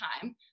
time